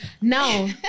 now